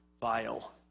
vile